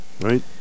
right